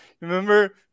Remember